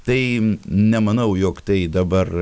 tai nemanau jog tai dabar